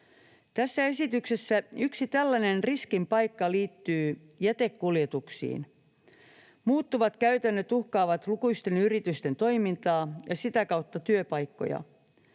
Tässä esityksessä yksi tällainen riskin paikka liittyy jätekuljetuksiin. Muuttuvat käytännöt uhkaavat lukuisten yritysten toimintaa ja sitä kautta työpaikkoja.